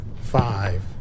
Five